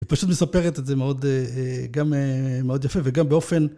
היא פשוט מספרת את זה מאוד, גם מאוד יפה, וגם באופן...